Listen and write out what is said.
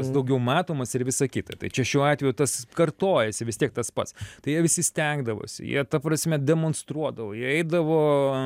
tas daugiau matomas ir visa kita tai čia šiuo atveju tas kartojasi vis tiek tas pats tai jie visi stengdavosi jie ta prasme demonstruodavo jie eidavo